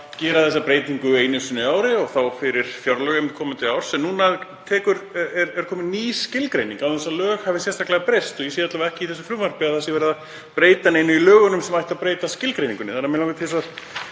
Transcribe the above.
bara gera þessa breytingu einu sinni á ári og þá fyrir fjárlög komandi árs en núna er komin ný skilgreining án þess að lög hafi sérstaklega breyst, ég sé alla vega ekki í þessu frumvarpi að verið sé að breyta neinu í lögunum sem ætti að breyta skilgreiningunni. Mig langar því að